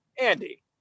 Andy